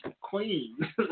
queen